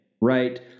right